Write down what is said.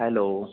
hello